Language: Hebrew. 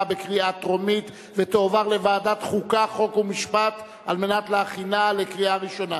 לדיון מוקדם בוועדה שתקבע ועדת הכנסת נתקבלה.